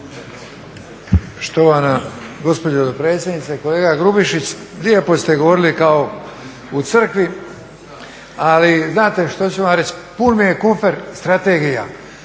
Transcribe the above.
Štovana gospođo dopredsjednice. Kolega Grubišić lijepo ste govorili kao u Crkvi, ali znate što ću vam reći? Pun mi je kufer strategija.